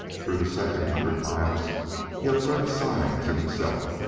throughout the second hundred miles he observed signs in himself,